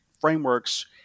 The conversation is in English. frameworks